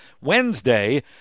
Wednesday